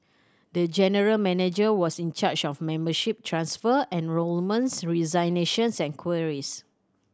the general manager was in charge of membership transfer enrolments resignations and queries